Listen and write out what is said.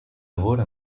lavoro